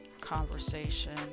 conversation